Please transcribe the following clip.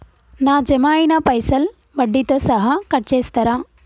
నా జమ అయినా పైసల్ వడ్డీతో సహా కట్ చేస్తరా?